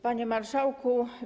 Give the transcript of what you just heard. Panie Marszałku!